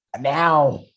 Now